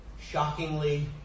shockingly